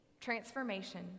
transformation